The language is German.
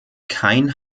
kein